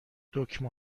دکمه